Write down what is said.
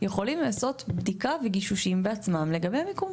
יכולים לעשות בדיקה וגישושים בעצמם לגבי המיקום.